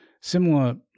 similar